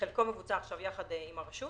וחלקו מבוצע עכשיו יחד עם הרשות